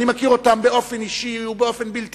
אני מכיר אותם באופן אישי ובאופן בלתי